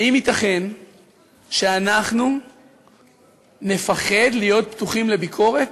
האם ייתכן שאנחנו נפחד להיות פתוחים לביקורת?